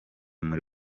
muri